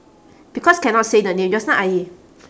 because cannot say the name just now I